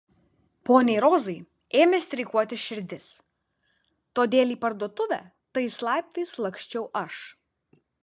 poniai rozai ėmė streikuoti širdis todėl į parduotuvę tais laiptais laksčiau aš